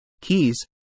keys